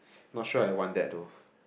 not sure I want that too